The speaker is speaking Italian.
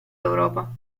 europa